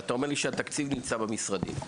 ואתה אומר לי שהתקציב נמצא במשרדים.